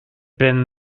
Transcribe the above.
been